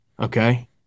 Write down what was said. Okay